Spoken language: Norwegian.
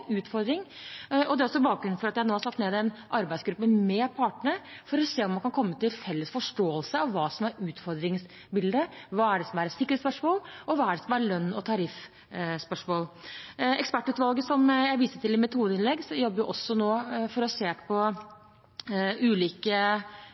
utfordring. Det er også bakgrunnen for at jeg nå har satt ned en arbeidsgruppe med partene for å se om man kan komme til en felles forståelse av hva som er ufordringsbildet. Hva er det som er et sikkerhetsspørsmål, og hva er det som er lønns- og tariffspørsmål? Ekspertutvalget som jeg viste til i mitt hovedinnlegg, jobber også nå for å se på